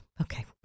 okay